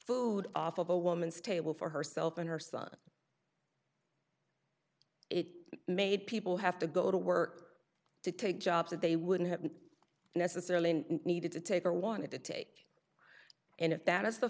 food off of a woman's table for herself and her son it made people have to go to work to take jobs that they wouldn't have necessarily needed to take or wanted to take and if that is the